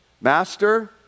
Master